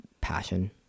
passion